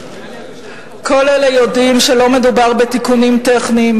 כל אלה יודעים שלא מדובר בתיקונים טכניים,